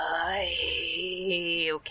Okay